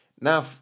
Now